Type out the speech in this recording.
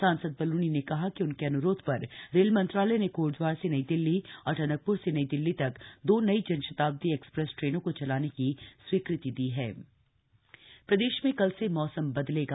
सांसद बलूनी ने कहा कि उनके अन्रोध पर रेल मंत्रालय ने कोटद्वार से नई दिल्ली और टनकप्र से नई दिल्ली तक दो नई जनशताब्दी एक्सप्रेस ट्रेनों को चलाने की स्वीकृति दी हण मौसम प्रदेश में कल से मौसम बदलेगा